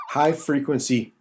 high-frequency